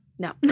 No